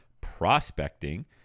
prospecting